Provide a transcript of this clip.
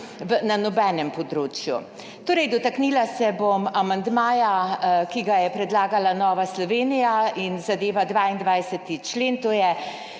na nobenem področju. Torej, dotaknila se bom amandmaja, ki ga je predlagala Nova Slovenija in zadeva 22. člen, to je